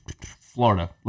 Florida